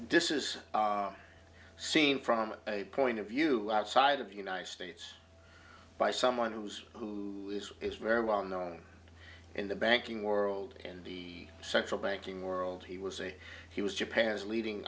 this is a scene from a point of view outside of the united states by someone who's who is very well known in the banking world and the central banking world he was a he was japan's leading